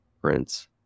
Prince